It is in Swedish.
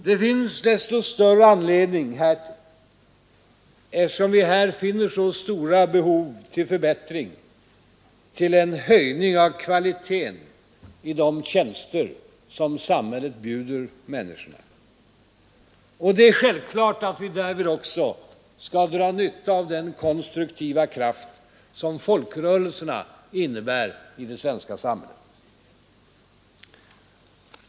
Det finns desto större anledning härtill eftersom vi här finner stora behov av förbättring, av en höjning av kvaliteten i de tjänster som samhället bjuder människorna. Och det är självklart att vi därvid också skall dra nytta av den konstruktiva kraft som folkrörelserna innebär i det svenska samhället.